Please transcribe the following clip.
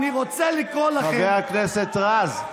אני רוצה לקרוא לכם, חבר הכנסת רז.